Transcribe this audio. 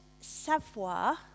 savoir